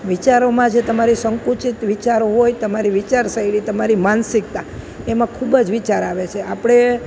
વિચારોમાં જે તમારી સંકુચિત વિચારો હોય તમારી વિચારશૈલી તમારી માનસિકતા એમાં ખૂબ જ વિચાર આવે છે આપણે